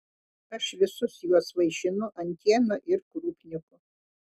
aš visus juos vaišinu antiena ir krupniku